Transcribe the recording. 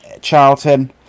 Charlton